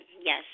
yes